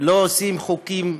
לא עושים חוקים,